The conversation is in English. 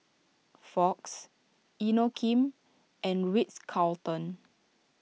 Fox Inokim and Ritz Carlton